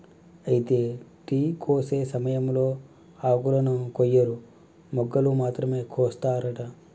అయితే టీ కోసే సమయంలో ఆకులను కొయ్యరు మొగ్గలు మాత్రమే కోస్తారట